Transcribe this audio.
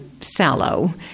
sallow